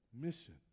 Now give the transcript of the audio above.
mission